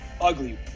ugly